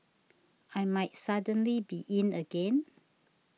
I might suddenly be in again